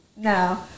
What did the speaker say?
No